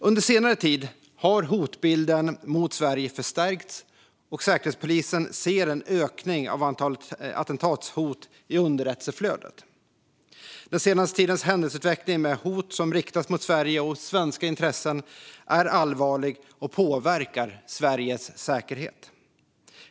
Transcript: Under senare tid har hotbilden mot Sverige förstärkts, och Säkerhetspolisen ser en ökning av antalet attentatshot i underrättelseflödet. Den senaste tidens händelseutveckling med hot som riktas mot Sverige och svenska intressen är allvarlig och påverkar Sveriges säkerhet.